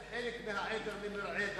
הבעיה זה חלק מהעדר למרעה דל,